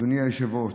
אדוני היושב-ראש,